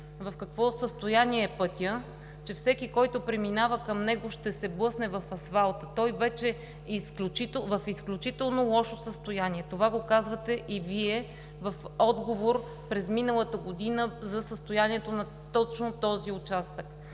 в какво състояние е пътят, че всеки, който преминава по него ще се блъсне в асфалта. Той вече е в изключително лошо състояние. Това го казвате и Вие в отговор през миналата година за състоянието на точно този участък.